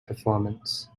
performance